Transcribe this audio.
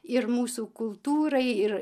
ir mūsų kultūrai ir